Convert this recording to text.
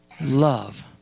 love